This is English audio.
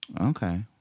Okay